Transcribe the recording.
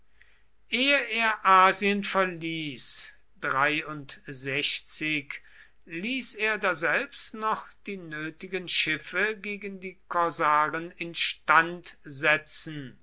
ehe er asien verließ ließ er daselbst noch die nötigen schiffe gegen die korsaren instand setzen